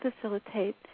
facilitate